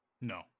no